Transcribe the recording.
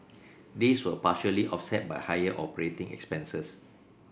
these were partially offset by higher operating expenses